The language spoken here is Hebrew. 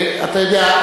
אתה יודע,